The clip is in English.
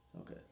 Okay